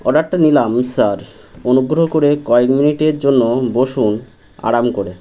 অর্ডারটা নিলাম স্যার অনুগ্রহ করে কয়েক মিনিটের জন্য বসুন আরাম করে